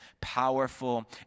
powerful